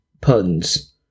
puns